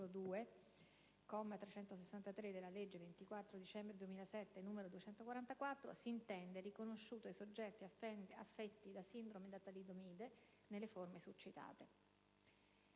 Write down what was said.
363, della legge 24 dicembre 2007, n. 244 si intende riconosciuto ai soggetti affetti da sindrome da talidomide nelle forme succitate,